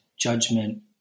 judgment